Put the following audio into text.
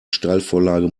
steilvorlage